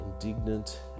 indignant